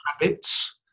habits